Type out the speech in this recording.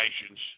nations